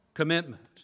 commitment